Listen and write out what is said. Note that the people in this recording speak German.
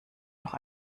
noch